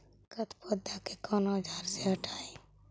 गत्पोदा के कौन औजार से हटायी?